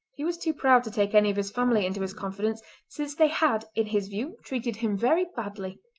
he was too proud to take any of his family into his confidence since they had in his view treated him very badly.